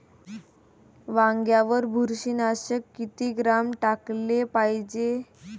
वांग्यावर बुरशी नाशक किती ग्राम टाकाले पायजे?